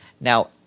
now